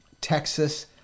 Texas